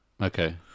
Okay